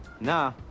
Nah